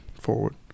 forward